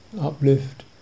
uplift